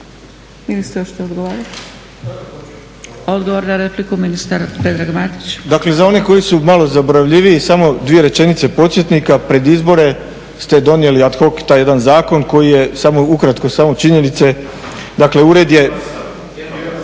ministar Predrag Matić. **Matić, Predrag Fred** Dakle, za one koji su malo zaboravljiviji, samo dvije rečenice podsjetnika. Pred izbore ste donijeli ad hoc taj jedan zakon koji je, samo ukratko, samo činjenice, dakle Ured je…